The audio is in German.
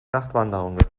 nachtwanderung